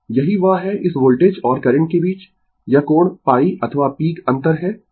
यही वह है इस वोल्टेज और करंट के बीच यह कोण π अथवा पीक अंतर है यह कोण यह अंतर ϕ है